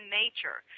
nature